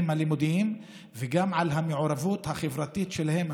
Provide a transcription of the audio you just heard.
הלימודיים וגם על המעורבות החברתית שלהם.